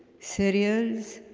serials,